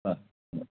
हां हां